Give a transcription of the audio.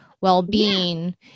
well-being